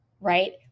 right